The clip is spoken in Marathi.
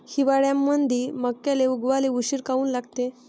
हिवाळ्यामंदी मक्याले उगवाले उशीर काऊन लागते?